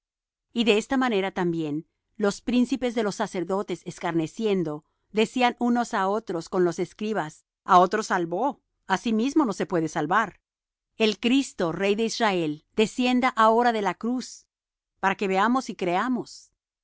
y de esta manera también los príncipes de los sacerdotes escarneciendo decían unos á otros con los escribas a otros salvó á sí mismo no se puede salvar el cristo rey de israel descienda ahora de la cruz para que veamos y creamos